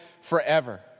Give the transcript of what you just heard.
forever